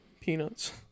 peanuts